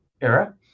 era